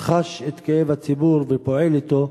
חש את כאב הציבור ופועל אתו.